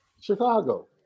Chicago